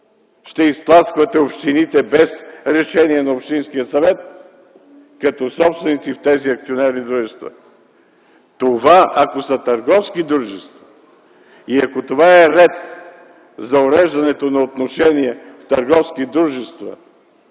ще изтласквате общините без решение на общинските съвети като собственици в тези акционерни дружества. Ако това са търговски дружества и ако това е ред за уреждането на отношения в търговски дружества